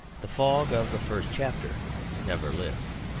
the fog of the first chapter never lifts.